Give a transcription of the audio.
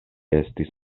estis